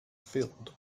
filled